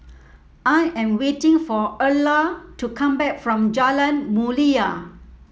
I am waiting for Erla to come back from Jalan Mulia